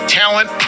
talent